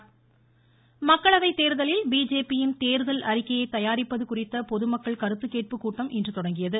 ருருரு அமீத்ஷா மக்களவைத் தேர்தலில் பிஜேபியின் தேர்தல் அறிக்கையை தயாரிப்பது குறித்த பொதுமக்கள் கருத்துக் கேட்பு கூட்டம் இன்று தொடங்கியது